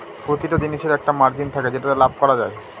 প্রতিটা জিনিসের একটা মার্জিন থাকে যেটাতে লাভ করা যায়